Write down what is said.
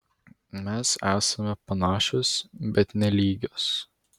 mes esame panašios bet ne lygios